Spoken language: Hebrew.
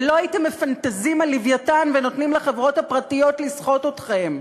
ולא הייתם מפנטזים על "לווייתן" ונותנים לחברות הפרטיות לסחוט אתכם,